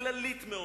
כללית מאוד,